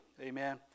amen